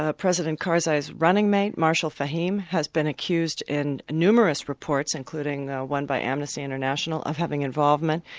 ah president karzai's running-mate, marshal fahim, has been accused in numerous reports, including one by amnesty international, of having involvement,